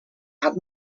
had